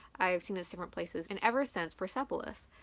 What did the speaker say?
i've seen this different places. and ever since persepolis,